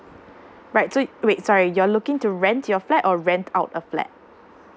right so it wait sorry you're looking to rent your flat or rent out a flat